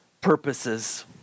purposes